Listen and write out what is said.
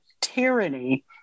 tyranny